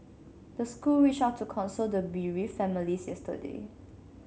the school reached out to console the bereaved families yesterday